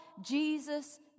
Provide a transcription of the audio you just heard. Jesus